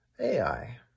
Ai